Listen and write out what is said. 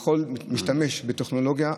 יכול להשתמש בטכנולוגיה.